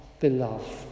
beloved